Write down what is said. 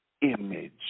image